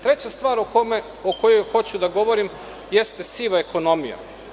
Treća stvar o kojoj hoću da govorim jeste siva ekonomija.